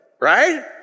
Right